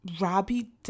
Robbie